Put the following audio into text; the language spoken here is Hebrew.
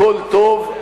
הכול טוב,